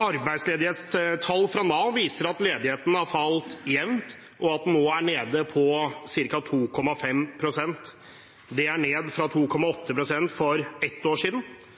Arbeidsledighetstall fra Nav viser at ledigheten har falt jevnt, og at den nå er nede på ca. 2,5 pst. Det er ned fra 2,8 pst. for ett år siden.